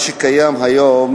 מה שקיים כיום,